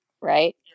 right